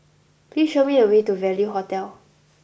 please show me the way to Value Hotel